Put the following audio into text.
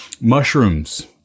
mushrooms